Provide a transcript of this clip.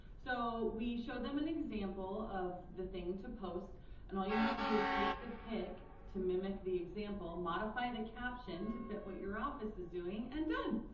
so we show them an example of the thing to post and all you have to do is take the pic to mimic the example, modify the caption to fit what your office is doing and done!